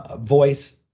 voice